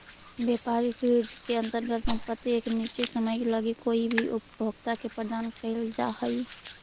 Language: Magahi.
व्यापारिक लीज के अंतर्गत संपत्ति एक निश्चित समय लगी कोई उपभोक्ता के प्रदान कईल जा हई